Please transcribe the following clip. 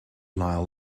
lyle